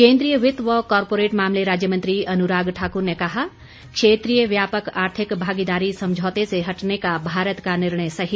केंद्रीय वित्त व कारपोरेट मामले राज्य मंत्री अनुराग ठाकुर ने कहा क्षेत्रीय व्यापक आर्थिक भागीदारी समझौते से हटने का भारत का निर्णय सही